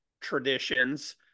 traditions